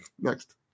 Next